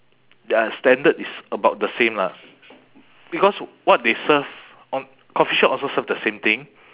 their standard is about the same lah because what they serve uh coffee shop also serve the same thing